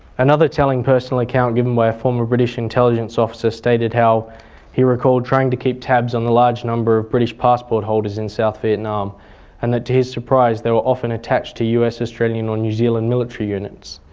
another telling personal account given by a former british intelligence officer stated how he recalled trying to keep tabs on the large number of british passport holders in south vietnam and that to his surprise they were often attached to us, australian or new zealand military units.